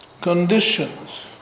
conditions